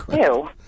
Ew